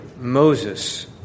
Moses